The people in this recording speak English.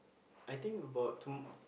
I think about tom~